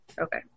Okay